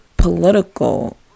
political